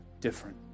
different